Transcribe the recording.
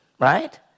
Right